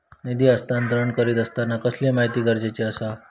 निधी हस्तांतरण करीत आसताना कसली माहिती गरजेची आसा?